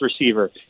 receiver